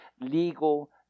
legal